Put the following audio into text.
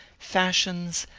fashions,